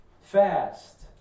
fast